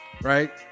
right